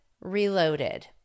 Reloaded